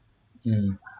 mm